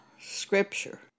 scripture